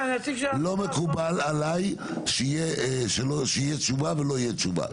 לא מקובל עליי שתהיה תשובה ולא תהיה תשובה.